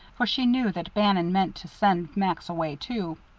for she knew that bannon meant to send max away, too.